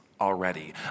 already